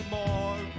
more